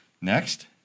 next